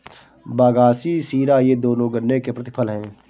बगासी शीरा ये दोनों गन्ने के प्रतिफल हैं